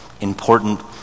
important